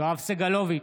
יואב סגלוביץ'